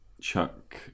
Chuck